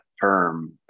term